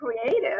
creative